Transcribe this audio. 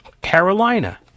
Carolina